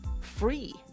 free